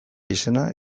izena